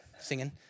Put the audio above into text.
singing